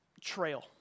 trail